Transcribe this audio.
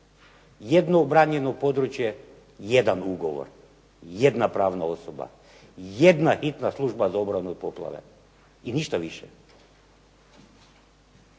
Jedno obranjeno područje, jedan ugovor, jedna pravna osoba, jedna hitna služba za obranu od poplave i ništa više.